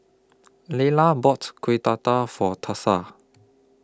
Lila bought Kueh Dadar For Thursa